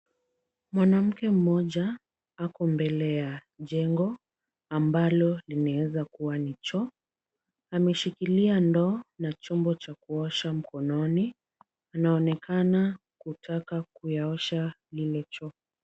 Mwanamke mmoja ako mbele ya jengo ambalo linaweza kuwa ni choo. Ameshikilia ndoo na chombo cha kuosha mkononi. Anaonekana kutaka kuyaosha lile choo.